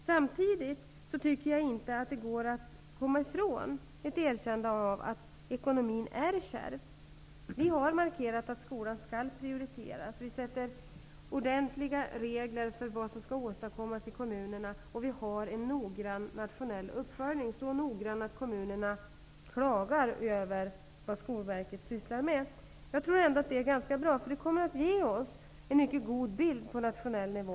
Samtidigt går det inte att komma ifrån ett erkännande om att ekonomin är kärv. Vi har markerat att skolan skall prioriteras. Vi sätter ordentliga regler för vad som skall åstadkommas i kommunerna, och vi har en noggrann nationell uppföljning. Den är så noggrann att kommunerna klagar över det som Skolverket sysslar med. Jag tror att det är ganska bra. Det kommer att ge oss en mycket god bild på nationell nivå.